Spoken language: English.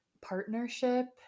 partnership